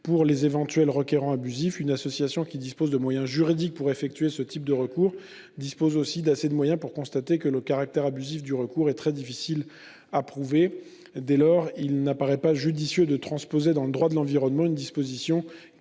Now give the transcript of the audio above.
sur les éventuels requérants abusifs. Une association qui dispose de moyens juridiques pour effectuer ce type de recours dispose aussi de moyens suffisants pour constater que le caractère abusif du recours est très difficile à prouver. Dès lors, il ne me paraît pas judicieux de transposer dans le droit de l'environnement une disposition qui